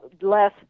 less